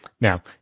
Now